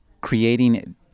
creating